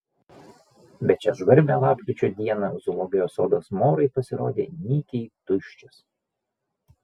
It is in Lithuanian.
bet šią žvarbią lapkričio dieną zoologijos sodas morai pasirodė nykiai tuščias